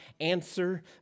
Answer